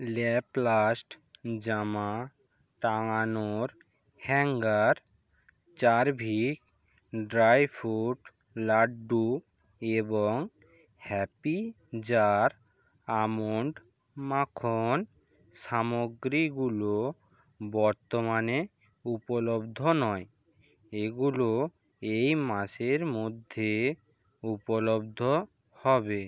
লাপ্লাস্ট জামা টাঙানোর হ্যাঙ্গার চারভিক ড্রাই ফ্রুট লাড্ডু এবং হ্যাপি জার আমন্ড মাখন সামগ্রীগুলো বর্তমানে উপলব্ধ নয় এগুলো এই মাসের মধ্যে উপলব্ধ হবে